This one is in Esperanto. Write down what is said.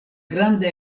granda